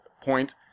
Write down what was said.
point